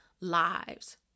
lives